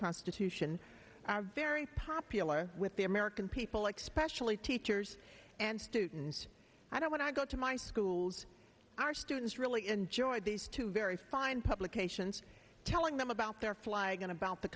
constitution are very popular with the american people like specially teachers and students i don't when i go to my schools our students really enjoy these two very fine publications telling them about their flying and about the